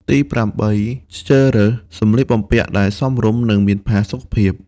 ទីប្រាំបី ជ្រើសរើសសំលៀកបំពាក់ដែលសមរម្យ និងមានផាសុកភាព។